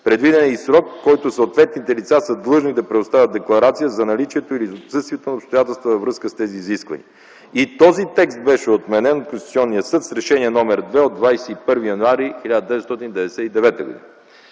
Предвиден е и срок, в който съответните лица са длъжни да предоставят декларация за наличието или отсъствието на обстоятелства във връзка с тези изисквания. И този текст беше отменен от Конституционния съд с Решение № 2 от 21 януари 1999 г.